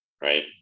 Right